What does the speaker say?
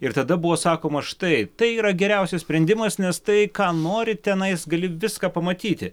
ir tada buvo sakoma štai tai yra geriausias sprendimas nes tai ką nori tenais gali viską pamatyti